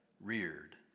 reared